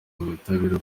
ubutabera